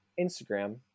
Instagram